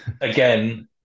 again